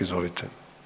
Izvolite.